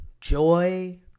joy